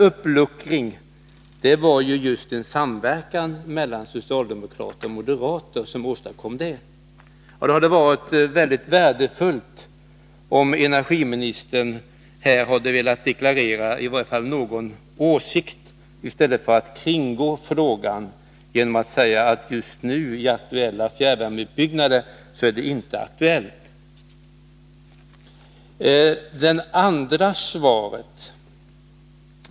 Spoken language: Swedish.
Uppluckringen åstadkoms genom samverkan mellan socialdemokrater och moderater. Det hade varit mycket värdefullt om energiministern hade velat deklarera en åsikt i stället för att kringgå frågan genom att säga att en kärnvärmereaktor inte är aktuell just nu vid utbyggnaden av fjärrvärmesystemen. Sedan till det andra svaret.